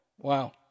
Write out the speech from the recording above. Wow